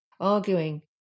arguing